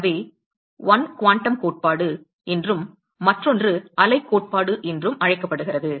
எனவே 1 குவாண்டம் கோட்பாடு என்றும் மற்றொன்று அலைக் கோட்பாடு என்றும் அழைக்கப்படுகிறது